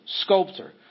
sculptor